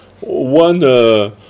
one